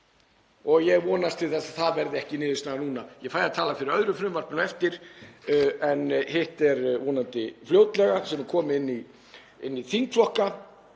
Ég vonast til þess að það verði ekki niðurstaðan núna. Ég fæ að tala fyrir öðru frumvarpinu núna á eftir en hitt kemur hingað vonandi fljótlega sem er komið inn í þingflokka.